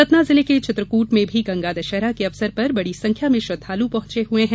सतना जिले के चित्रकूट में भी गंगा दशहरा के अवसर पर बड़ी संख्या में श्रद्वालु पहुंचे हुए हैं